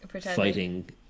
fighting